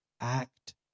act